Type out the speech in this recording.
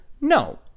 No